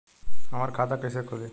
हमार खाता कईसे खुली?